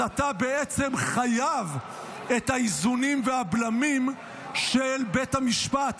אז אתה חייב את האיזונים והבלמים של בית המשפט.